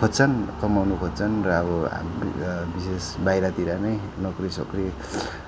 खोज्छन् कमाउनु खोज्छन् र अब विशेष बाहिरतिर नै नोकरीसोकरी